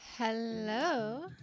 Hello